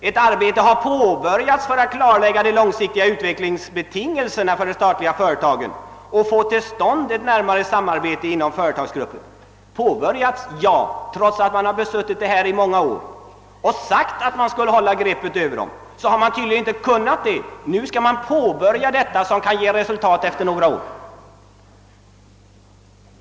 Ett arbete har påbörjats för att klarlägga de långsiktiga utvecklingsbetingelserna för de statliga företagen och få till stånd ett närmare samarbete inom olika företagsgrupper.» Arbetet har alltså påbörjats; trots att företagen drivits i många år och man har sagt att man skall ha ett grepp över dem, har man tydligen icke lyckats därmed. Nu skall man påbörja denna kartläggning, som skall ge resultat om några år.